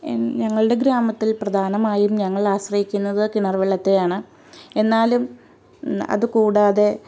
ഞങ്ങളുടെ ഗ്രാമത്തിൽ പ്രധാനമായും ഞങ്ങൾ ആശ്രയിക്കുന്നത് കിണറ് വെള്ളത്തേയാണ് എന്നാലും അത് കൂടാതെ